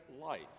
life